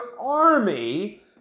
army